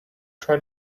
try